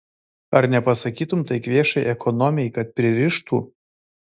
ar nepasakytumei tai kvėšai ekonomei kad pririštų